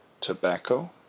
tobacco